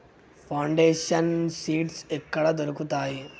Foundation seeds ఎక్కడ దొరుకుతాయి?